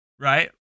right